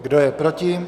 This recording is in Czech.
Kdo je proti?